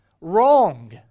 Wrong